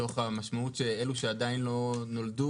מתוך המשמעות שאלו שעדיין לא נולדו,